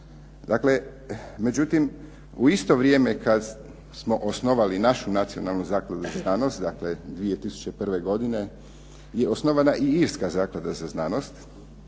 Dakle, međutim u isto vrijeme kad smo osnovali našu Nacionalnu zakladu za znanost, dakle 2001. godine je osnovana i irska zaklada za znanost,